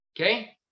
Okay